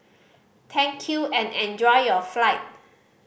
thank you and enjoy your flight